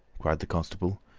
cried the constable.